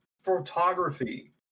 photography